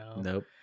nope